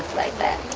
like that.